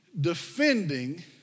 Defending